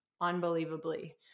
unbelievably